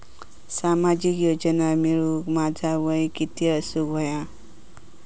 सामाजिक योजना मिळवूक माझा वय किती असूक व्हया?